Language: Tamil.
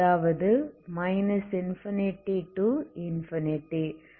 அதாவது ∞∞